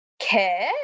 care